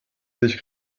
sich